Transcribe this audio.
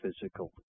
physical